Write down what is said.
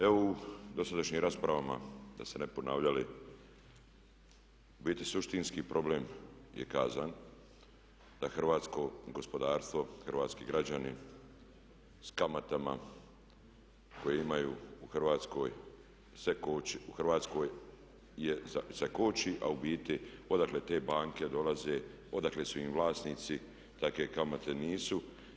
Evo u dosadašnjim raspravama da se ne bi ponavljali u biti suštinski problem je kazan da hrvatsko gospodarstvo, hrvatski građani s kamatama koje imaju u Hrvatskoj se koči a u biti odakle te banke dolaze, odakle su im vlasnici takve kamate nisu.